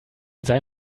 sei